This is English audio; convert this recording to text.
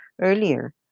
earlier